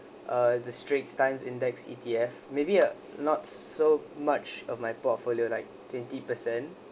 uh the straits times index E_T_F maybe uh not so much of my portfolio like twenty per cent